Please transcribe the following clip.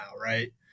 right